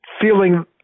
feeling